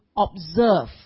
observe